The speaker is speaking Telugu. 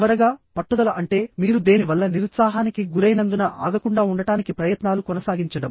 చివరగాపట్టుదల అంటే మీరు దేని వల్ల నిరుత్సాహానికి గురైనందున ఆగకుండా ఉండటానికి ప్రయత్నాలు కొనసాగించడం